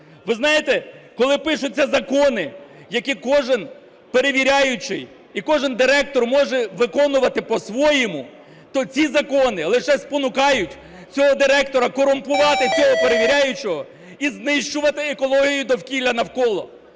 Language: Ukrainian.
Ви знаєте, коли пишуться закони, який кожен перевіряючий і кожен директор може виконувати по-своєму, то ці закони лише спонукають цього директора корумпувати цього перевіряючого і знищувати екологію і довкілля навколо.